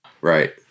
Right